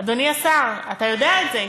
אדוני השר, אתה יודע את זה.